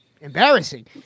Embarrassing